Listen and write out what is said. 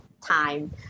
time